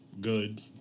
good